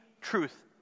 truth